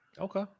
Okay